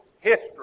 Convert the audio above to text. history